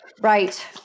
Right